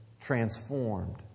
transformed